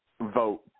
vote